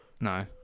no